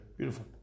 Beautiful